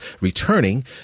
Returning